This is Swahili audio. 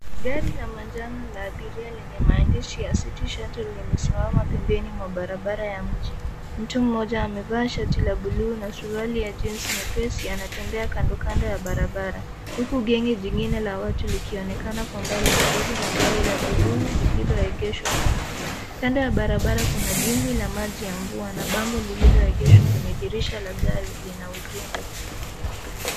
Gari la manjano la abiria lenye maandishi ya city shuttle limesimama pembeni ya barabara ya mji. Mtu mmoja amevaa shati la buluu na suruali la jinsi nyepesi anatembea kandokando ya barabara huku genge lingine la watu likionekana kwa mbali karibu na gari la buluu lililoegeshwa nyuma. Kando ya barabara kuna dimbwi la maji ya mvua na bango lililoegeshwa kwenye dirisha la gari lina ujumbe.